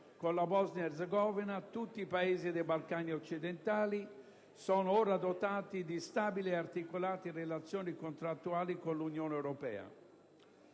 con la Bosnia-Erzegovina tutti i Paesi dei Balcani occidentali sono ora dotati di stabili ed articolate relazioni contrattuali con l'Unione europea.